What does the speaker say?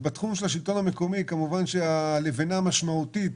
בתחום של השלטון המקומי, כמובן שהלבנה המשמעותית